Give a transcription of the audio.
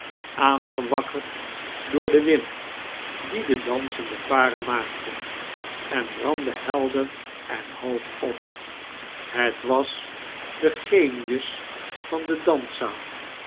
aangewakkerd door den wind die de dansende paren maakten en brandde helder en hoog op het was de genius van de danszaal